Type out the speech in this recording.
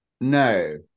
no